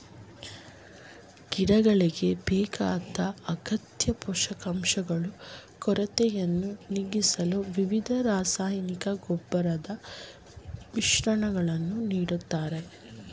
ಗಿಡಗಳಿಗೆ ಬೇಕಾದ ಅಗತ್ಯ ಪೋಷಕಾಂಶಗಳು ಕೊರತೆಯನ್ನು ನೀಗಿಸಲು ವಿವಿಧ ರಾಸಾಯನಿಕ ಗೊಬ್ಬರದ ಮಿಶ್ರಣಗಳನ್ನು ನೀಡ್ತಾರೆ